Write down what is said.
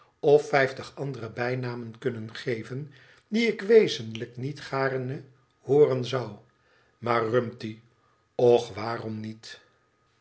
of vijftig andere bijnamen kunnen geven die ik wezenlijk niet gaarne hooren zou maar rumty och waarom niet